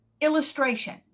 illustration